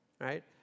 right